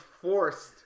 forced